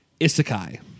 isekai